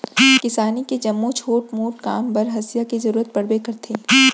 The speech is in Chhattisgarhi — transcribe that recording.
किसानी के जम्मो छोट मोट काम बर हँसिया के जरूरत परबे करथे